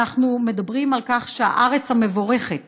אנחנו מדברים על כך שהארץ המבורכת